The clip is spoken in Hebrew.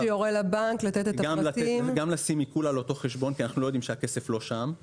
גם לשים עיקול על אותו חשבון כי אנחנו לא יודעים שהכסף לא שם,